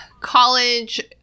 college